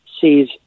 sees